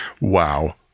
Wow